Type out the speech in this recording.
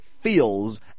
feels